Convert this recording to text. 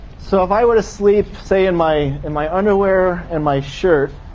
so if i were to sleep, say, in my in my underwear and my shirt,